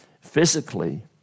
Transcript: physically